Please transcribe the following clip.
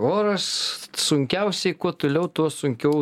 oras sunkiausiai kuo toliau tuo sunkiau